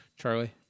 Charlie